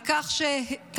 על כך שתמכו